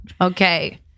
Okay